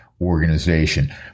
organization